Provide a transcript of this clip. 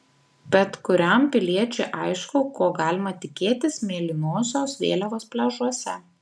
bet kuriam piliečiui aišku ko galima tikėtis mėlynosios vėliavos pliažuose